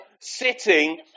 sitting